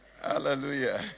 Hallelujah